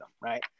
Right